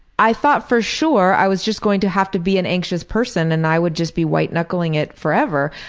i thought for sure i was just going to have to be an anxious person and i would just be white-knuckling it forever.